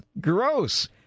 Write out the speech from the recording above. gross